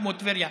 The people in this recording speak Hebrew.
כמו בטבריה,